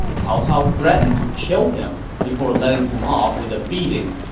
cao cao threatened to kill him before letting him off with a beating.